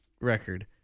record